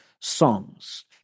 songs